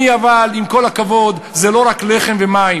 אבל עוני, עם כל הכבוד, זה לא רק לחם ומים.